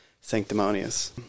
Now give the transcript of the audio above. sanctimonious